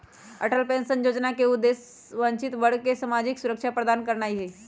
Atal pension जोजना के उद्देश्य वंचित वर्गों के सामाजिक सुरक्षा प्रदान करनाइ हइ